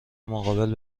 مقابل